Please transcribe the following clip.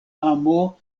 amo